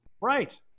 Right